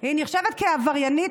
היא נחשבת לעבריינית,